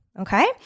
Okay